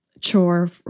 chore